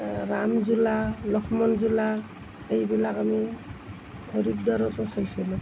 ৰামজোলা লক্ষণজোলা এইবিলাক আমি হৰিদ্বাৰতে চাইছিলোঁ